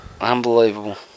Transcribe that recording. unbelievable